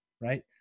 right